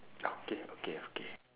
okay okay okay